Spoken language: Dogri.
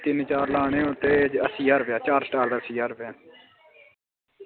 तीन चार लाने होन ते अस्सी ज्हार रपेआ